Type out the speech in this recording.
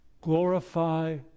glorify